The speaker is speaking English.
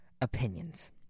opinions